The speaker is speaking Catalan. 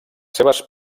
seves